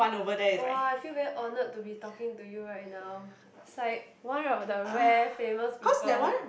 oh I feel very honored to be talking to you right now it's like one of the rare famous people